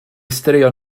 straeon